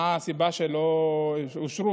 מה הסיבה שזה לא אושר.